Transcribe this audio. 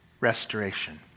restoration